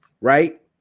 Right